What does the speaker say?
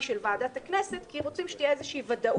של ועדת הכנסת כי רוצים שתהיה ודאות.